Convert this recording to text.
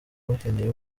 bakeneye